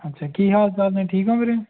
ਅੱਛਾ ਕੀ ਹਾਲ ਚਾਲ ਨੇ ਠੀਕ ਹੋ ਵੀਰੇ